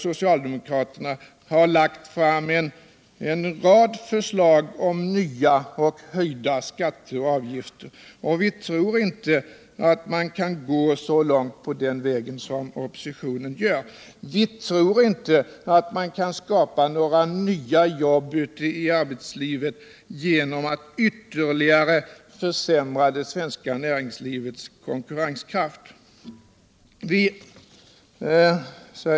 Socialdemokraterna har lagt fram en rad förslag om nya och höjda skatter och avgifter, och vi tror inte att man kan gå så långt på den vägen som oppositionen gör. Vi tror inte att man kan skapa några nya jobb ute i arbetslivet genom att vtterligare försämra det svenska näringslivets konkurrenskraft.